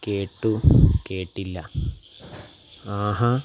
കേട്ടു കേട്ടില്ല ആഹാ